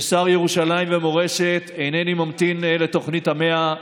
כשר ירושלים ומורשת, אינני ממתין לתוכנית המאה